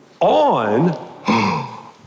on